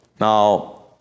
Now